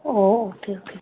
ꯑꯣ okay okay